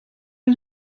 een